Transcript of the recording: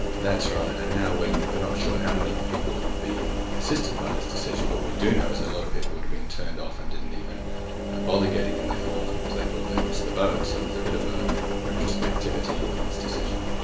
that's right. and now we're not sure how many people will be assisted by this decision but what we do know is that a lot of people would have been turned off and didn't even bother getting in their forms, because they thought they'd missed the boat. so there's a bit of a retrospectivity in this decision.